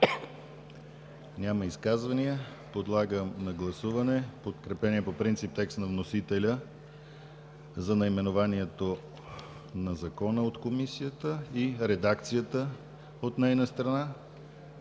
Няма. Подлагам на гласуване подкрепения по принцип текст на вносителя за наименованието на Закона от Комисията и редакцията от нейна страна